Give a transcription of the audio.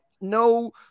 No